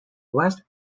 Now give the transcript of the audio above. west